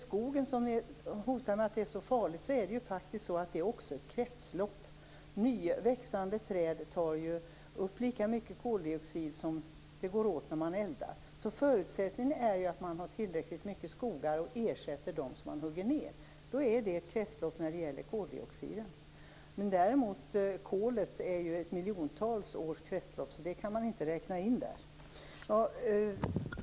Skogen utgör också ett kretslopp. Nya, växande träd tar upp lika mycket koldioxid som går åt vid eldning. Förutsättningen är att man har tillräckligt mycket skogar och ersätter de träd som huggs ned. Då blir det ett kretslopp när det gäller koldioxid. När det däremot gäller kol är kretsloppet miljontals år, så det kan man inte räkna med.